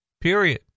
period